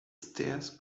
stairs